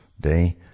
day